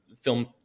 film